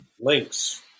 links